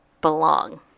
belong